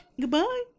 Goodbye